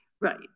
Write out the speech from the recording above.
Right